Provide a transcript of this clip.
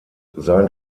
sein